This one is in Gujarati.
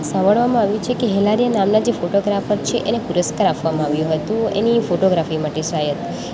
સાંભળવામાં આવ્યું છે કે હેલરીયા નામના ફોટોગ્રાફર એને પુરસ્કાર આપવામાં આવ્યું છે એની ફોટોગ્રાફી માટે શાયદ